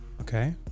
okay